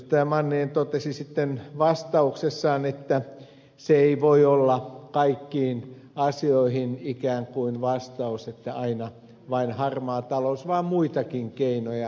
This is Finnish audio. manninen totesi sitten vastauksessaan että se ei voi olla ikään kuin kaikkiin asioihin vastaus että aina vain harmaa talous vaan pitää olla muitakin keinoja